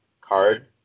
card